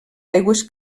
aigües